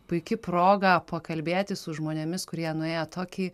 puiki proga pakalbėti su žmonėmis kurie nuėję tokį